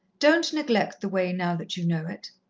don't neglect the way now that you know it.